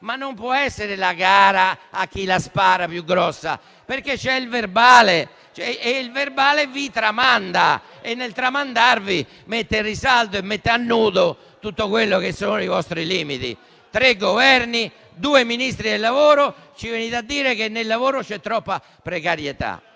ma non può essere la gara a chi la spara più grossa, perché c'è il verbale. Il verbale vi tramanda e nel tramandarvi mette in risalto e a nudo tutti i vostri limiti. Tre Governi, due Ministri del lavoro e ci venite a dire che nel lavoro c'è troppa precarietà.